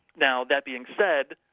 now that being said,